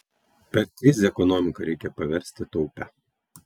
per krizę ekonomiką reikia paversti taupia